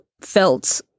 felt